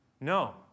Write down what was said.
No